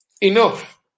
Enough